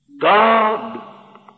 God